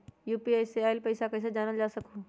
UPI से आईल पैसा कईसे जानल जा सकहु?